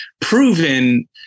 proven